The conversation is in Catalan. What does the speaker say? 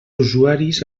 usuaris